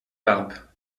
verb